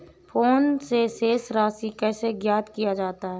Phone से शेष राशि कैसे ज्ञात किया जाता है?